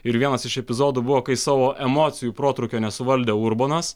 ir vienas iš epizodų buvo kai savo emocijų protrūkio nesuvaldė urbonas